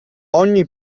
ogni